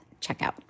checkout